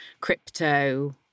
crypto